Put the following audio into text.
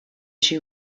she